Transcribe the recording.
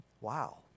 Wow